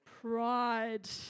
Pride